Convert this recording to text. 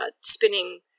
Spinning